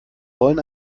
wollen